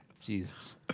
Jesus